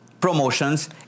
promotions